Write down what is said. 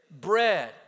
bread